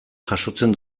jasotzen